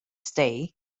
stay